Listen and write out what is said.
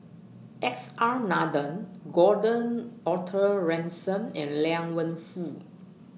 S R Nathan Gordon Arthur Ransome and Liang Wenfu